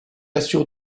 assure